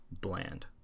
bland